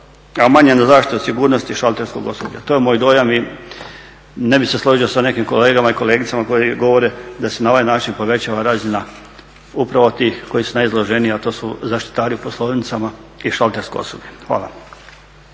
a manje na zaštitu sigurnosti šalterskog osoblja. To je moj dojam i ne bih se složio sa nekim kolegama i kolegicama koje govore da se na ovaj način povećava razina upravo tih koji su najizloženiji sa to su zaštitari u poslovnicama i šaltersko osoblje. Hvala.